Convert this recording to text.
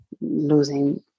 losing